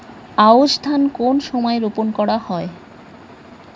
আউশ ধান কোন সময়ে রোপন করা হয়?